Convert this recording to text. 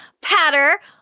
Patter